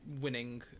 winning